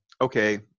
okay